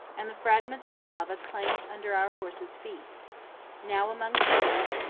and the fragments of lava clank under our horses' feet now among cedars,